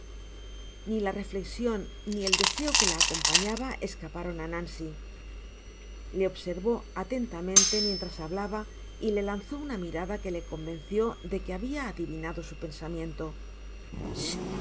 ni la reftecsion ni el deseo que la acompañaba escaparon v nancy le observó atentamente mientras hablaba y le lanzó una mirada que le convenció de que habia adivinado su pensamiento